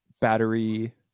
battery